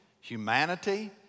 humanity